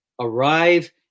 arrive